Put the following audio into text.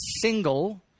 single